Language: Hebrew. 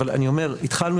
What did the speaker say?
אני אומר: התחלנו,